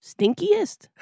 stinkiest